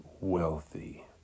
wealthy